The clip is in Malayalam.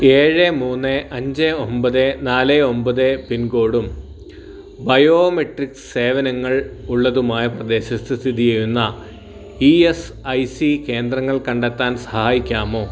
ഏഴ് മൂന്ന് അഞ്ച് ഒൻപത് നാല് ഒൻപത് പിൻകോഡും ബയോമെട്രിക് സേവനങ്ങൾ ഉള്ളതുമായ പ്രദേശത്ത് സ്ഥിതിചെയ്യുന്ന ഇ എസ് ഐ സി കേന്ദ്രങ്ങൾ കണ്ടെത്താൻ സഹായിക്കാമോ